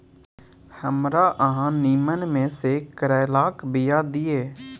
हमरा अहाँ नीमन में से करैलाक बीया दिय?